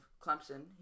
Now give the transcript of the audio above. Clemson